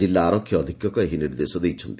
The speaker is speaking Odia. ଜିଲ୍ଲା ଆରକ୍ଷୀ ଅଧୀକ୍ଷକ ଏହି ନିର୍ଦ୍ଦେଶ ଦେଇଛନ୍ତି